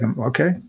Okay